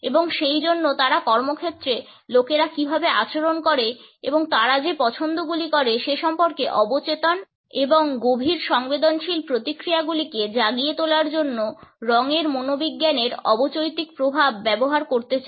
এবং সেইজন্য তারা কর্মক্ষেত্রে লোকেরা কীভাবে আচরণ করে এবং তারা যে পছন্দগুলি করে সে সম্পর্কে অবচেতন এবং গভীর সংবেদনশীল প্রতিক্রিয়াগুলিকে জাগিয়ে তোলার জন্য রঙের মনোবিজ্ঞানের অবচৈতিক প্রভাব ব্যবহার করতে চায়